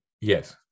yes